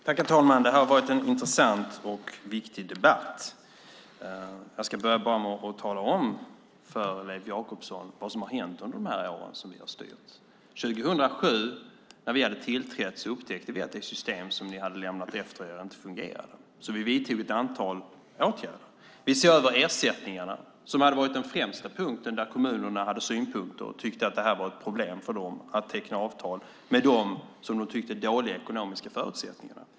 Herr talman! Det har varit en intressant och viktig debatt. Jag ska börja med att tala om för Leif Jakobsson vad som har hänt under de år vi har styrt. När vi hade tillträtt 2007 upptäckte vi att det system som ni hade lämnat efter er inte fungerade, så vi vidtog ett antal åtgärder. Vi såg över ersättningarna. Det var det främsta området där kommunerna hade synpunkter. De tyckte att det var ett problem för dem att teckna avtal med de, som de tyckte, dåliga ekonomiska förutsättningarna.